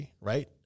right